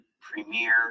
Premier